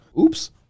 Oops